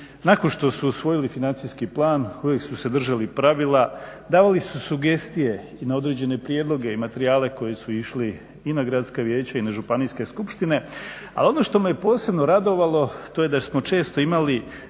Nakon što su usvojili financijski plan uvijek su se držali pravila, davali su sugestije i na određene prijedloge i materijale koji su išli i na gradska vijeća i na županijske skupštine. A ono što me posebno radovalo to je da smo često imali